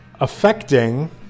affecting